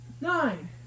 nine